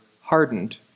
hardened